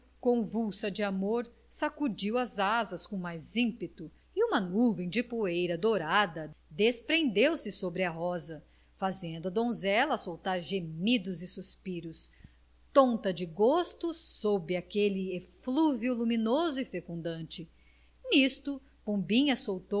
convulsa de amor sacudiu as asas com mais ímpeto e uma nuvem de poeira dourada desprendeu-se sobre a rosa fazendo a donzela soltar gemidos e suspiros tonta de gosto sob aquele eflúvio luminoso e fecundante nisto pombinha soltou um ai